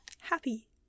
happy